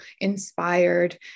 inspired